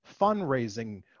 Fundraising